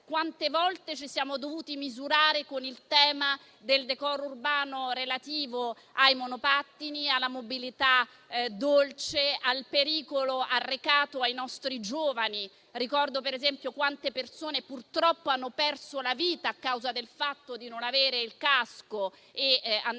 molte volte ci siamo dovuti misurare con il tema del decoro urbano relativo ai monopattini, alla mobilità dolce, al pericolo arrecato ai nostri giovani. Ricordo, per esempio, quante persone purtroppo hanno perso la vita per il fatto di andare in giro con